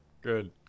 Good